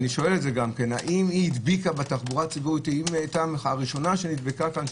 האם היא הראשונה שנדבקה כאן,